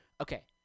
Okay